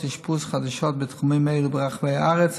אשפוז חדשות בתחומים אלו ברחבי הארץ,